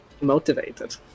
motivated